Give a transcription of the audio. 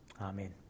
Amen